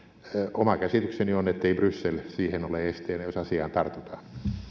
oma käsitykseni on että ei bryssel siihen ole esteenä jos asiaan tartutaan